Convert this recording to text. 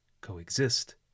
coexist